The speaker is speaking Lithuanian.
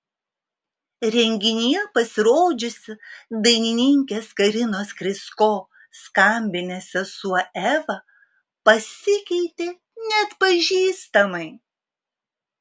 renginyje pasirodžiusi dainininkės karinos krysko skambinės sesuo eva pasikeitė neatpažįstamai